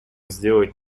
сделать